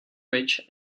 rich